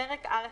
" פרק א1':